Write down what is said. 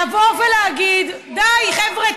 לבוא ולהגיד, די, חבר'ה.